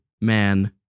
man